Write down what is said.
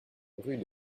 rue